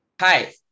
Hi